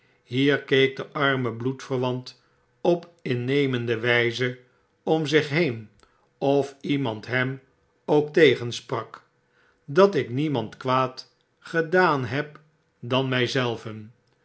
hier keek de arme bloedverwant op innemende wpe om zich heen of iemand hem ook tegensprak dat ik niemand kwaad gedaan heb dan mij